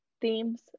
themes